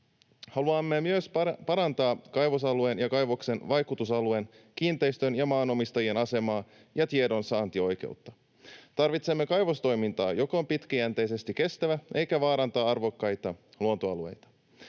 Haluamme myös parantaa kaivosalueen ja kaivoksen vaikutusalueen kiinteistön- ja maanomistajien asemaa ja tiedonsaantioikeutta. Tarvitsemme kaivostoimintaa, joka on pitkäjänteisesti kestävää eikä vaaranna arvokkaita luontoalueita.